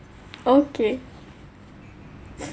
okay